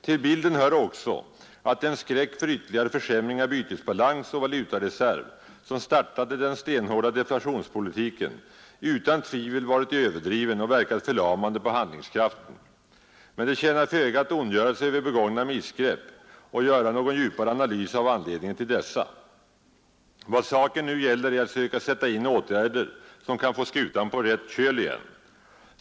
Till bilden hör också att den skräck för ytterligare försämring av bytesbalans och valutareserv som startade den stenhårda deflationspolitiken utan tvivel varit överdriven och verkat förlamande på handlingskraften. Men det tjänar föga att ondgöra sig över begångna missgrepp och göra någon djupare analys av anledningen till dessa. Vad saken nu gäller är att söka sätta in åtgärder, som kan få skutan på rätt köl igen.